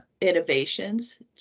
innovations